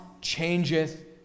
changeth